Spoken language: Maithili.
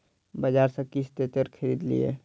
बजार सॅ किछ तेतैर खरीद लिअ